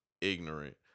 ignorant